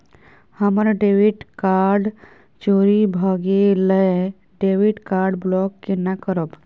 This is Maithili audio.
हमर डेबिट कार्ड चोरी भगेलै डेबिट कार्ड ब्लॉक केना करब?